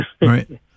Right